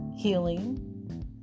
healing